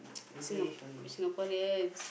Singa~ Singaporeans